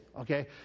Okay